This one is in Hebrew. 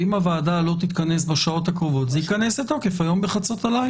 ואם הוועדה לא תתכנס בשעות הקרובות זה ייכנס לתוקף בחצות הלילה.